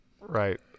Right